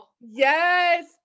Yes